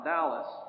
Dallas